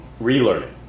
Relearning